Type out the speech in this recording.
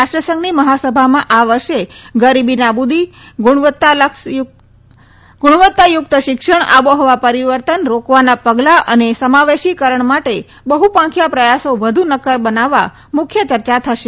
રાષ્ટ્રસંઘની મહાસભામાં આ વર્ષે ગરીબી નાબૂદી ગુણવલત્તાયુક્ત શિક્ષણ આબોહવા પરિવર્તન રોકવાના પગલાં અને સમાવેશીકરણ માટે બહ્પાંખિયા પ્રયાસો વધુ નક્કર બનાવવા મુખ્ય ચર્ચા થશે